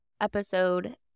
episode